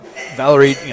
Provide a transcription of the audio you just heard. Valerie